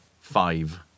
Five